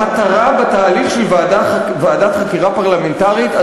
המטרה בתהליך של ועדת חקירה פרלמנטרית,